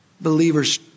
Believers